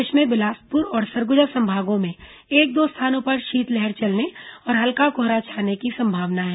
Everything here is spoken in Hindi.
प्रदेश में बिलासपुर और सरगुजा संभागों में एक दो स्थानों पर शीतलहर चलने और हल्का कोहरा छाने की संभावना है